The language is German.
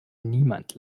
niemand